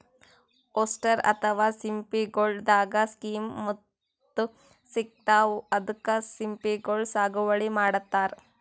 oyster ಅಥವಾ ಸಿಂಪಿಗೊಳ್ ದಾಗಾ ನಮ್ಗ್ ಮುತ್ತ್ ಸಿಗ್ತಾವ್ ಅದಕ್ಕ್ ಸಿಂಪಿಗೊಳ್ ಸಾಗುವಳಿ ಮಾಡತರ್